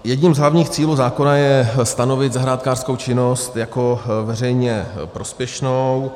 Jedním z hlavních cílů zákona je stanovit zahrádkářskou činnost jako veřejně prospěšnou.